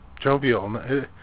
jovial